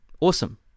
Awesome